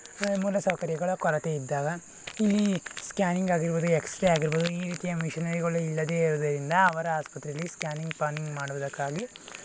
ಮೂಲ ಸೌಕರ್ಯಗಳ ಕೊರತೆ ಇದ್ದಾಗ ಈ ಸ್ಕ್ಯಾನಿಂಗ್ ಆಗಿರ್ಬೋದು ಎಕ್ಸ್ ರೇ ಆಗಿರ್ಬೋದು ಈ ರೀತಿಯ ಮಿಷಿನರಿಗಳು ಇಲ್ಲದೆ ಇರುವುದರಿಂದ ಅವರ ಆಸ್ಪತ್ರೆಯಲ್ಲಿ ಸ್ಕ್ಯಾನಿಂಗ್ ಪಾನಿಂಗ್ ಮಾಡುವುದಕ್ಕಾಗಿ